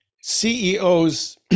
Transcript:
CEOs